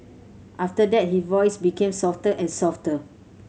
after that his voice became softer and softer